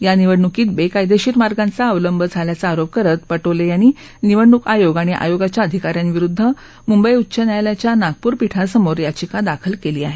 या निवडणूकीत बेकायदेशीर मार्गांचा अवलंब झाल्याचा आरोप करत पटोले यांनी निवडणूक आयोग आणि आयोगाच्या अधिका यांविरोधात मुंबई उच्च न्यायालयाच्या नागपूर पीठासमोर याचिका दाखल केली आहे